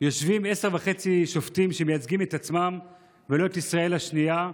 יושבים עשרה וחצי שופטים שמייצגים את עצמם ולא את ישראל השנייה,